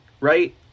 right